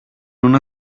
una